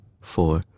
four